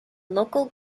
local